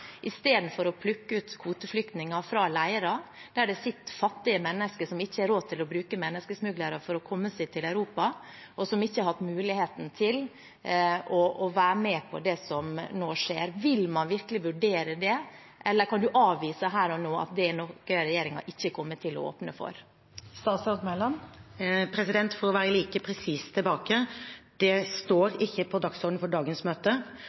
istedenfor å plukke ut kvoteflyktninger fra leire der det sitter fattige mennesker som ikke har råd til å bruke menneskesmuglere for å komme seg til Europa, og som ikke har hatt muligheten til å være med på det som nå skjer. Vil man virkelig vurdere det, eller kan statsråden avvise det her og nå, at det er noe regjeringen ikke kommer til å åpne for? For å være like presis tilbake: Det står ikke på dagsordenen for dagens møte.